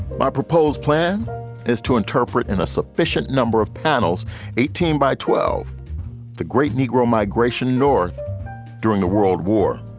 my proposed plan is to interpret in a sufficient number of panels eighteen by twelve the great negro migration north during the world war